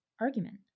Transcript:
argument